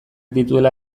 dituela